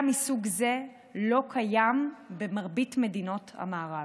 מסוג זה לא קיים במרבית מדינות המערב.